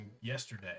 yesterday